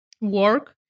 work